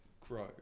grow